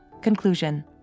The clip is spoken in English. Conclusion